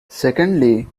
secondly